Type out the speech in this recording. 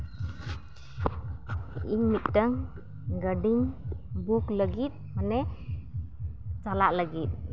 ᱤᱧ ᱢᱤᱫᱴᱟᱝ ᱜᱟᱹᱰᱤᱧ ᱵᱩᱠ ᱞᱟᱹᱜᱤᱫ ᱜᱤᱫ ᱢᱟᱱᱮ ᱪᱟᱞᱟᱜ ᱞᱟᱹᱜᱤᱫ